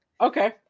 Okay